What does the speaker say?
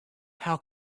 how